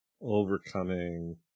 overcoming